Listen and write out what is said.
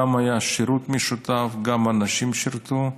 גם היה שירות משותף, גם הנשים שירתו,